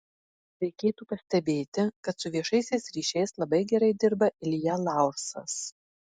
reikėtų pastebėti kad su viešaisiais ryšiais labai gerai dirba ilja laursas